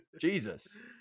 Jesus